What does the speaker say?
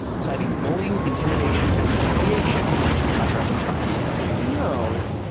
citing bullying, intimidation and retaliation by president trump you know,